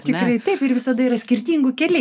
tikrai taip ir visada yra skirtingų keliai